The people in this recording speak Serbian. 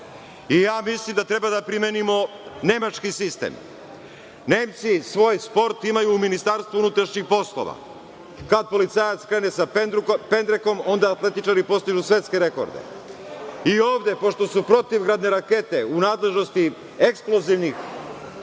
mislim da mi treba da primenimo nemački sistem. Nemci svoj sport imaju u Ministarstvu unutrašnjih poslova. Kad policajac krene sa pendrekom, onda atletičari postignu svetske rekorde.I ovde, pošto su protivgradne rakete u nadležnosti ekskluzivnih